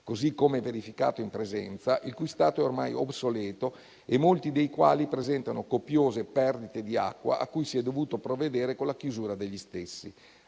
così come verificato in presenza, il cui stato è ormai obsoleto e molti dei quali presentano copiose perdite di acqua, a cui si è dovuto provvedere con la chiusura degli stessi.